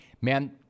man